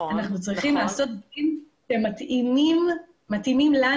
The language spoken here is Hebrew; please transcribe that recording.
אנחנו צריכים לעשות דברים שמתאימים לנו.